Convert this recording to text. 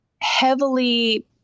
heavily